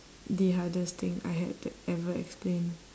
the hardest thing I had to ever explain